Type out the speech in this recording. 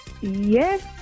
Yes